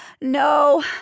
no